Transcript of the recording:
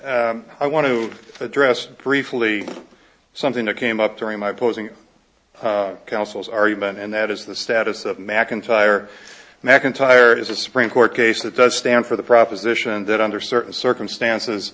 i want to address briefly something that came up during my posing councils are human and that is the status of mcintyre macintyre is a supreme court case that does stand for the proposition that under certain circumstances